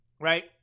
right